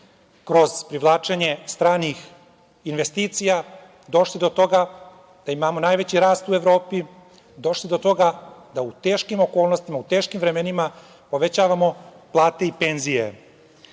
kroz privlačenje stranih investicija došli do toga da imamo najveći rast u Evropi, došli do toga da u teškim okolnostima, u teškim vremenima povećavamo plate i penzije. Građani